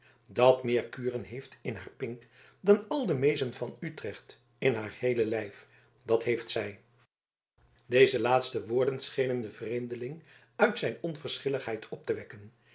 dat meer kuren heeft in haar pink dan al de meezen van utrecht in haar heele lijf dat heeft zij deze laatste woorden schenen den vreemdeling uit zijn onverschilligheid op te wekken